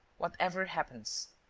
whatever happens.